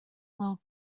little